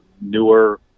newer